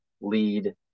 lead